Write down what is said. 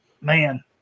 man